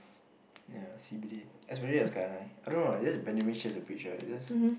ya C_B_D especially the skyline I don't know eh just Benjamin-Sheares the bridge right just